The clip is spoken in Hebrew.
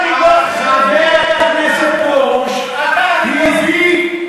חבר הכנסת פרוש הביא,